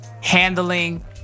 handling